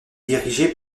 dirigée